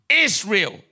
Israel